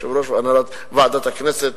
יושב-ראש ועדת הכנסת,